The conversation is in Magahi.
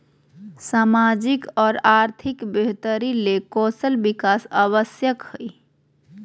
सामाजिक और आर्थिक बेहतरी ले कौशल विकास आवश्यक हइ